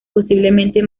posiblemente